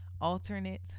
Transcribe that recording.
alternate